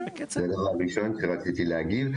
זה הדבר הראשון שרציתי להגיד.